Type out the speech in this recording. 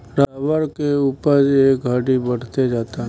rubber के उपज ए घड़ी बढ़ते जाता